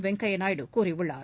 வெங்கையா நாயுடு கூறியுள்ளார்